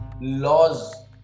Laws